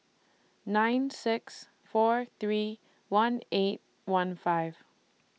nine six four three one eight one five